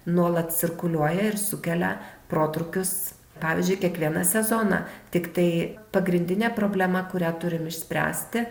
nuolat cirkuliuoja ir sukelia protrūkius pavyzdžiui kiekvieną sezoną tiktai pagrindinė problema kurią turim išspręsti